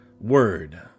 word